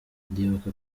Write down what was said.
ndibuka